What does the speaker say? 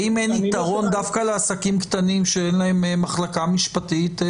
האם אין יתרון דווקא לעסקים קטנים שאין להם מחלקה משפטית?